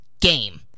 game